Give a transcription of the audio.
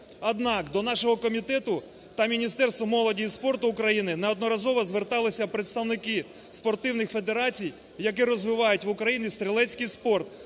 Однак, до нашого комітету та Міністерства молоді і спорту України неодноразово зверталися представники спортивних федерацій, які розвивають в Україні стрілецький спорт